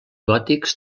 gòtics